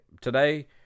today